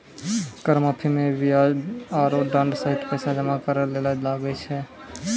कर माफी मे बियाज आरो दंड सहित पैसा जमा करे ले लागै छै